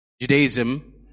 Judaism